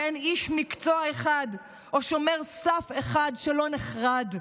ואין איש מקצוע אחד או שומר סף אחד שלא נחרד.